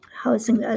housing